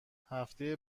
هفته